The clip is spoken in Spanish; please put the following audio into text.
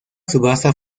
subasta